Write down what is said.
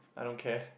I don't care